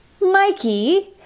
Mikey